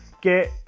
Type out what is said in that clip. get